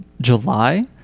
July